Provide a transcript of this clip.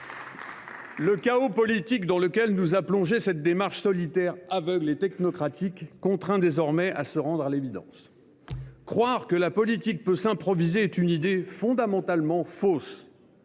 Le chaos politique dans lequel nous a plongés cette démarche solitaire, aveugle et technocratique nous contraint désormais à nous rendre à l’évidence : croire que la politique peut s’improviser est une idée fondamentalement fausse.